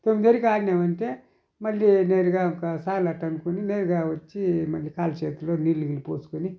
తొమ్మిది వరకు ఆడినామంటే మళ్ళీ వేరుగా చాలు అట్ట అనుకుని నేరుగా వచ్చి మళ్ళీ కాళ్ళు చేతులు నీళ్లు గీళ్ళు పోసుకుని